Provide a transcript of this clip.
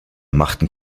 machten